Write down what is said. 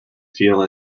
feel